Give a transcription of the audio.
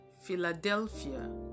Philadelphia